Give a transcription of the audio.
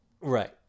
right